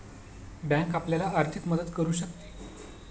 bank आपल्याला आर्थिक मदत करू शकते